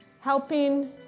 helping